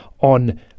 on